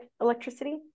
electricity